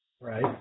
right